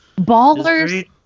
ballers